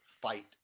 fight